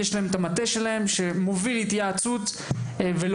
יש להם את המטה שלהם שמוביל התייעצות ולומד,